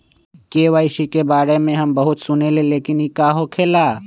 KYC के बारे में हम बहुत सुनीले लेकिन इ का होखेला?